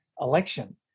election